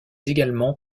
également